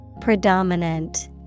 Predominant